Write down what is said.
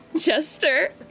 Jester